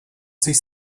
sich